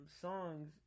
songs